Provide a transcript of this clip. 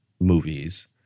movies